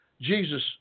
Jesus